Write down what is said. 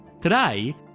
Today